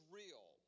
real